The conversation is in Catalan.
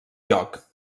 lloc